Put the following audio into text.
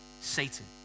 Satan